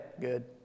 Good